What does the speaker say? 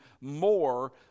more